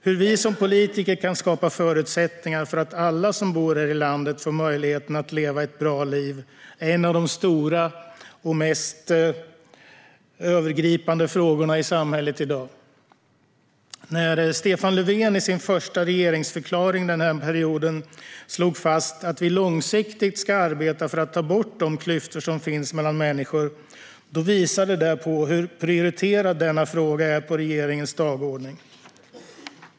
Hur vi som politiker kan skapa förutsättningar för att alla som bor här i landet ska få möjlighet att leva ett bra liv är en av de stora och mest övergripande frågorna i samhället i dag. När Stefan Löfven i sin första regeringsförklaring den här perioden slog fast att vi långsiktigt ska arbeta för att ta bort de klyftor som finns mellan människor visade det hur prioriterad denna fråga är på regeringens dagordning.